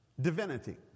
divinity